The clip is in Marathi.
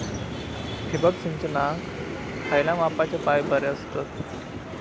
ठिबक सिंचनाक खयल्या मापाचे पाईप बरे असतत?